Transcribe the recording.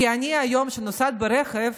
כי היום כשאני נוסעת ברכב,